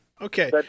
Okay